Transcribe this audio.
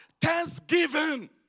thanksgiving